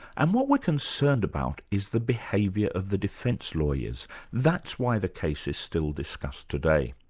and what we're concerned about is the behaviour of the defence lawyers that's why the case is still discussed today.